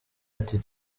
ati